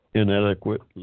inadequate